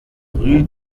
rue